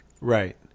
Right